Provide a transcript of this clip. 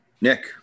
Nick